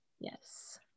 Yes